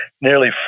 Nearly